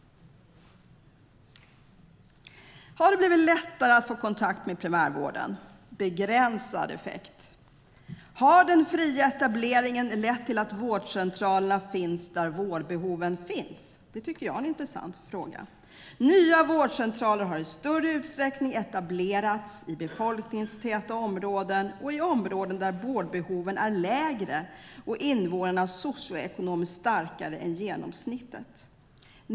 Har det blivit lättare att få kontakt med primärvården? Där finns en begränsad effekt. Har den fria etableringen lett till att vårdcentralerna finns där vårdbehoven finns? Det tycker jag är en intressant fråga. Nya vårdcentraler har i större utsträckning etablerats i befolkningstäta områden och i områden där vårdbehoven är lägre och invånarna socioekonomiskt starkare än genomsnittet.